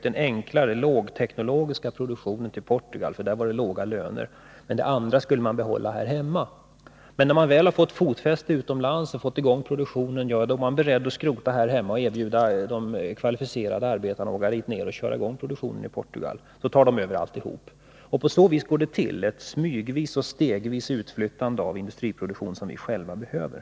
Den enklare, lågteknologiska produktionen förläggs till Portugal därför att det är låga löner där, men den övriga produktionen behåller man här hemma. Men när man väl har fått fotfäste utomlands och fått i gång produktionen där, är man beredd att skrota här hemma och erbjuder de kvalificerade arbetarna att åka ner och köra i gång produktionen i Portugal, och så tar de över alltihop. Så går det till — en smygande och stegvis utflyttning av industriproduktion som vi själva behöver.